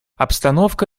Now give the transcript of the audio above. обстановка